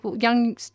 Young